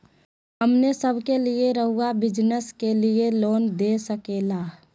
हमने सब के लिए रहुआ बिजनेस के लिए लोन दे सके ला?